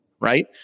right